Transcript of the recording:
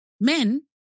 men